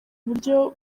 buryo